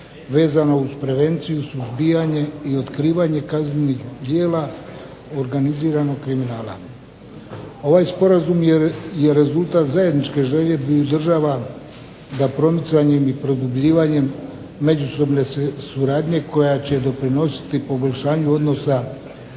vezan uz prevenciju, suzbijanje i otkrivanje kaznenih djela organiziranog kriminala. Ovaj sporazum je rezultat zajedničke želje dviju država na promicanjem i produbljivanjem međusobne suradnje koja će doprinositi poboljšanju odnosa